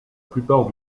plupart